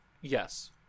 Yes